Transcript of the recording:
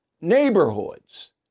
neighborhoods